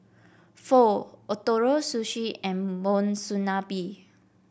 Pho Ootoro Sushi and Monsunabe